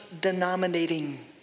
denominating